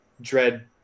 dread